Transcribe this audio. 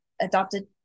adopted